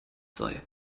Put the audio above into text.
sei